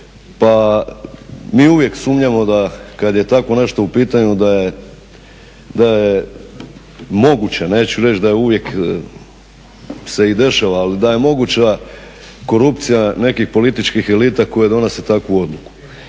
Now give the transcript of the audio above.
Pa mi uvijek sumnjamo da kada je tako nešto u pitanju da je moguće, neću reći da se uvijek i dešava, ali da je moguća korupcija nekih političkih elita koje donose takvu odluku.